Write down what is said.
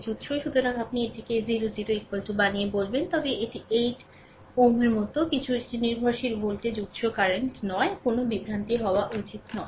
সুতরাং আপনি যদি এটিকে 0 0 বানিয়ে বলেন তবে এটি 8xx এর মতো কিছু একটি নির্ভরশীল ভোল্টেজ উৎস কারেন্ট নয় কোনও বিভ্রান্তি হওয়া উচিত নয়